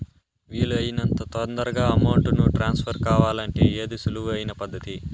వీలు అయినంత తొందరగా అమౌంట్ ను ట్రాన్స్ఫర్ కావాలంటే ఏది సులువు అయిన పద్దతి